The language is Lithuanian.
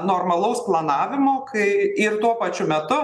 normalaus planavimo kai ir tuo pačiu metu